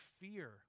fear